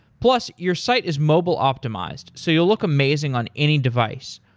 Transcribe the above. plus, your site is mobile optimized, so you'll look amazing on any device.